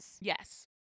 Yes